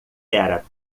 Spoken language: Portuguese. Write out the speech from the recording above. era